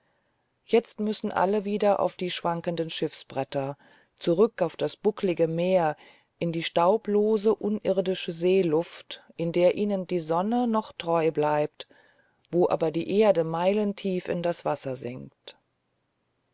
jetzt müssen alle wieder auf die schwankenden schiffsbretter zurück auf das buckelige meer in die staublose unirdische seeluft in der ihnen die sonne noch treu bleibt wo aber die erde meilentief in das wasser sinkt